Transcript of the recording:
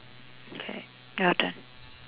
K your turn